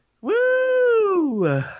Woo